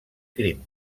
crim